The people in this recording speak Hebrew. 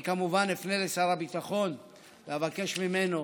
אני כמובן אפנה לשר הביטחון ואבקש ממנו